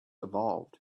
evolved